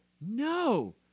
No